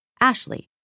Ashley